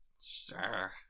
Sure